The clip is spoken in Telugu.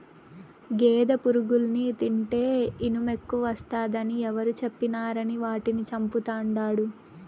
గేదె పురుగుల్ని తింటే ఇనుమెక్కువస్తాది అని ఎవరు చెప్పినారని వాటిని చంపతండాడు